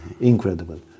Incredible